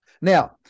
Now